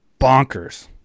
bonkers